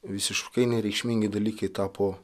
visiškai nereikšmingi dalykai tapo